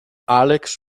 alex